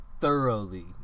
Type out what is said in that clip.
thoroughly